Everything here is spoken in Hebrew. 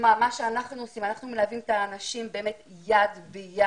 מה שאנחנו עושים, אנחנו מלווים את האנשים יד ביד.